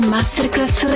Masterclass